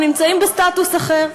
הם נמצאים בסטטוס אחר.